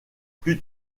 plus